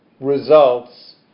results